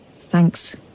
Thanks